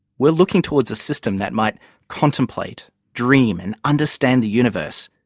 we're looking towards a system that might contemplate, dream and understand the universe.